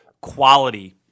quality